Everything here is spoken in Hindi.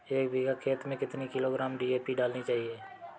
एक बीघा खेत में कितनी किलोग्राम डी.ए.पी डालनी चाहिए?